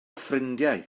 ffrindiau